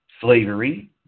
slavery